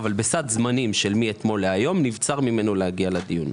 אבל בגלל סד הזמנים הקצר מאתמול להיום נבצר ממנו להגיע לדיון.